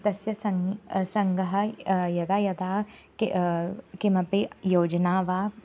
तस्य सङ्घः सङ्घः यदा यदा किमपि योजना वा